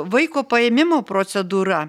vaiko paėmimo procedūra